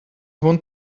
want